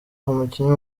umukinnyi